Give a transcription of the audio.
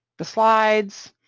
the slides,